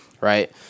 Right